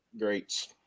greats